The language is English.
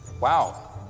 Wow